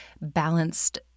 balanced